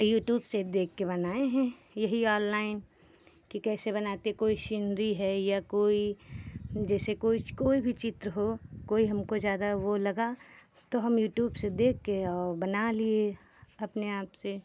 YouTube से देख के बनाए हैं यही ऑनलाइन कि कैसे बनाते कोई सिनरी है या कोई जैसे कुछ कोई भी चित्र हो कोई हमको ज़्यादा वो लगा तो हम यूट्यूब से देख के और बना लिए अपने आप से